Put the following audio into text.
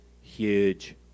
huge